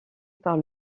par